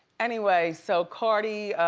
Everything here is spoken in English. anyway, so cardi,